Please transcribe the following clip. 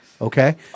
Okay